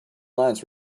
lines